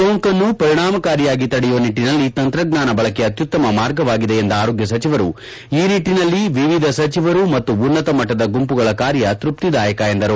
ಸೋಂಕನ್ನು ಪರಿಣಾಮಕಾರಿಯಾಗಿ ತಡೆಯುವ ನಿಟ್ಟಿನಲ್ಲಿ ತಂತ್ರಜ್ಞಾನ ಬಳಕೆ ಅತ್ಯುತ್ತಮ ಮಾರ್ಗವಾಗಿದೆ ಎಂದ ಆರೋಗ್ಯ ಸಚಿವರು ಈ ನಿಟ್ಟಿನಲ್ಲಿ ವಿವಿಧ ಸಚಿವರು ಮತ್ತು ಉನ್ನತ ಮಟ್ಟದ ಗುಂಪುಗಳ ಕಾರ್ಯ ತೃಪ್ತಿದಾಯಕ ಎಂದರು